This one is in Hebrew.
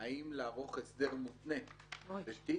האם לערוך הסדר מותנה בתיק